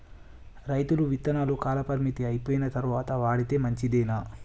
రైతులు విత్తనాల కాలపరిమితి అయిపోయిన తరువాత వాడితే మంచిదేనా?